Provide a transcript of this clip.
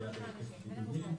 העלייה בהיקף הבידודים,